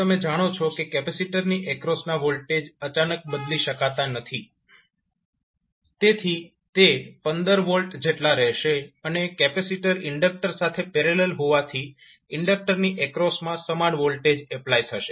હવે તમે જાણો છો કે કેપેસિટરની એક્રોસના વોલ્ટેજ અચાનક બદલી શકાતા નથી તેથી તે 15V જેટલા રહેશે અને કેપેસિટર ઇન્ડક્ટર સાથે પેરેલલ હોવાથી ઇન્ડક્ટરની એક્રોસમાં સમાન વોલ્ટેજ એપ્લાય થશે